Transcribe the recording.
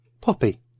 Poppy